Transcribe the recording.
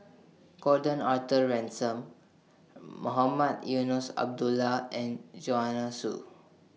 Gordon Arthur Ransome Mohamed Eunos Abdullah and Joanna Soo